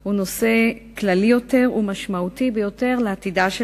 הוא נושא כללי יותר ומשמעותי ביותר לעתידה של